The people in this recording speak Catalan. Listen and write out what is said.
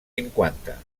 cinquanta